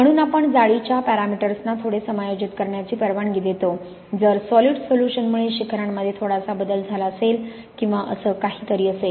म्हणून आपण जाळीच्या पॅरामीटर्सना थोडे समायोजित करण्याची परवानगी देतो जर सॉलिड सोलुशन मुळे शिखरांमध्ये थोडासा बदल झाला असेल किंवा असे काहीतरी असेल